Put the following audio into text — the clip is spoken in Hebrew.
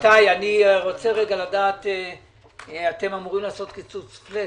איתי טמקין, אתם אמורים לעשות קיצוץ פלאט